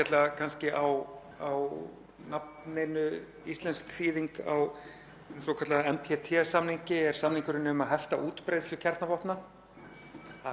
Lítið er snert á þeim sem þegar eiga þau en til annarra ríkja mega þau helst ekki breiðast.